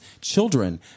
children